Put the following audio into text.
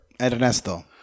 Ernesto